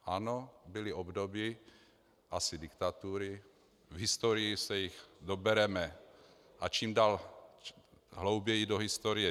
Ano, byla období, asi diktatury, v historii se jich dobereme, a čím dále hlouběji do historie.